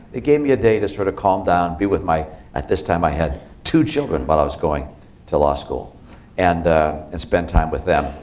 it gave me a day to sort of calm down, be with my at this time, i had two children when but i was going to law school and and spend time with them.